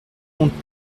compte